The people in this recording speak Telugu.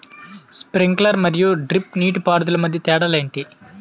స్ప్రింక్లర్ మరియు డ్రిప్ నీటిపారుదల మధ్య తేడాలు ఏంటి?